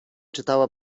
czytała